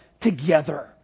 together